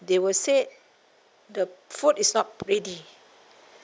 they will say the food is not ready